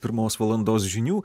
pirmos valandos žinių